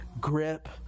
Grip